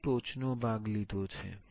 આ મેં ટોચનો ભાગ લીધો છે